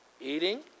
eating